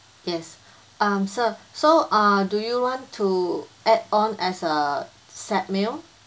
yes um sir so uh do you want to add on as a set meal